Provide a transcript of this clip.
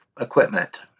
equipment